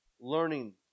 learning